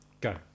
Go